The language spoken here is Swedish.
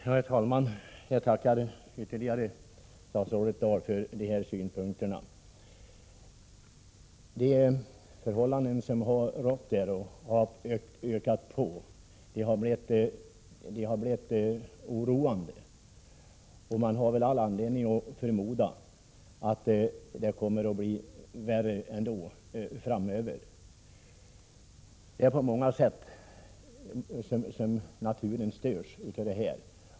Herr talman! Jag tackar statsrådet Dahl för de ytterligare synpunkter hon lämnade. De missförhållanden jag pekat på har ökat och blivit oroande, och man har all anledning att förmoda att det kommer att bli värre ändå framöver. Det får till följd att naturen störs på många sätt.